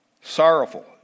sorrowful